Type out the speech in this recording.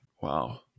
Wow